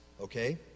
okay